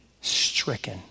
stricken